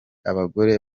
abagore